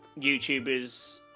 YouTubers